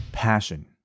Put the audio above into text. passion